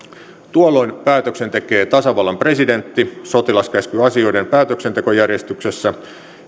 tuolloin päätöksen tekee tasavallan presidentti sotilaskäskyasioiden päätöksentekojärjestyksessä